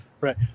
Right